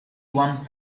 one